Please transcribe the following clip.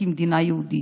כמדינה יהודית.